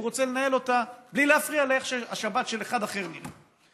רוצה לנהל אותה בלי להפריע לדרך שבה השבת של האחר נראית.